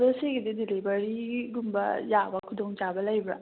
ꯑꯗꯣ ꯁꯤꯒꯤꯗꯤ ꯗꯤꯂꯤꯕꯔꯤꯒꯤ ꯒꯨꯝꯕ ꯌꯥꯕ ꯈꯨꯗꯣꯡ ꯆꯥꯕ ꯂꯩꯕ꯭ꯔꯥ